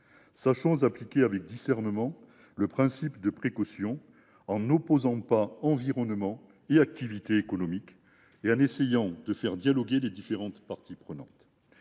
Sachons appliquer avec discernement le principe de précaution, en n’opposant pas l’environnement à l’activité économique et en essayant de faire dialoguer les différentes parties prenantes.